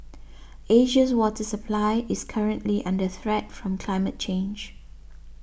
Asia's water supply is currently under threat from climate change